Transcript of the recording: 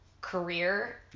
career